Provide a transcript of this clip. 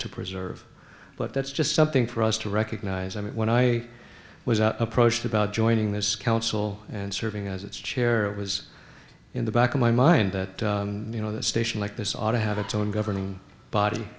to preserve but that's just something for us to recognise i mean when i was out approached about joining this council and serving as its chair was in the back of my mind that you know the station like this ought to have its own governing body